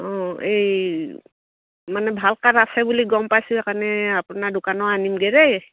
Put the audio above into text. অঁ এই মানে ভাল কাঠ আছে বুলি গম পাইছোঁ কাৰণে আপোনাৰ দোকানৰ আনিমগৈ দেই